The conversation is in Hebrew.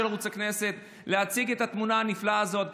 ערוץ הכנסת להציג את התמונה הנפלאה הזאת,